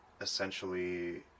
essentially